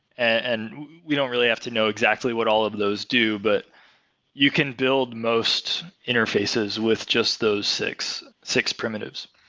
and we don't really have to know exactly what all of those do, but you can build most interfaces with just those six primitives. primitives.